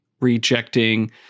rejecting